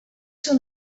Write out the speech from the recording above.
són